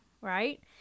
right